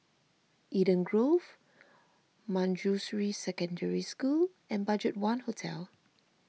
Eden Grove Manjusri Secondary School and Budgetone Hotel